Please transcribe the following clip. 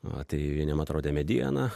va tai vieniem atrodė mediena